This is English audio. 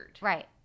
Right